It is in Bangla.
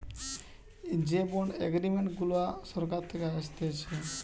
যে বন্ড এগ্রিমেন্ট গুলা সরকার থাকে আসতেছে